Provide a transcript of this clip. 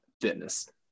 fitness